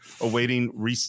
awaiting